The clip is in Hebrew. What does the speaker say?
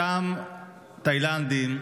אותם תאילנדים,